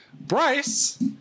Bryce